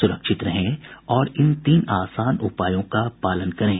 सुरक्षित रहें और इन तीन आसान उपायों का पालन करें